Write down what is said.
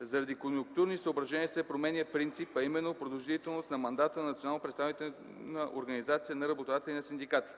Заради конюнктурни съображения се променя принцип, а именно продължителност на мандата на национално представителна организация на работодатели и на синдикати.